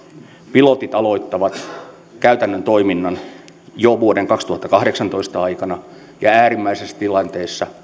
pilotit aloittavat käytännön toiminnan jo vuoden kaksituhattakahdeksantoista aikana ja äärimmäisissä tilanteissa